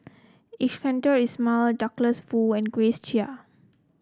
Iskandar Ismail Douglas Foo and Grace Chia